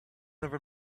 never